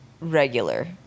regular